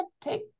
take